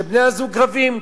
בני-הזוג שרבים.